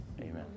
Amen